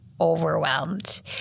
overwhelmed